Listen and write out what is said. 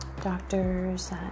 doctors